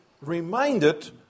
reminded